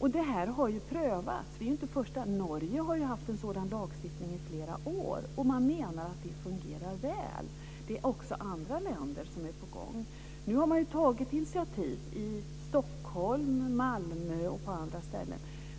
Det har prövats. Norge har haft en sådan lag i flera år, och man menar att det fungerar väl. Det är också andra länder som är på gång. Nu har man tagit initiativ i Stockholm, Malmö och på andra ställen.